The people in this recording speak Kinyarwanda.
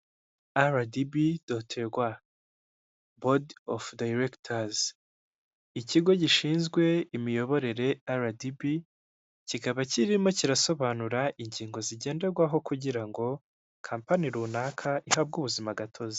Aradibi doti rwa bodi ovu diyirekitazi, ikigo gishinzwe imiyoborere aradibi. Kikaba kirimo kirasobanura ingingo zigenderwaho kugira ngo companiy runaka ihabwe ubuzima gatozi.